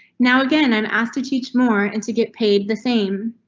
now again, i'm asked to teach more and to get paid the same.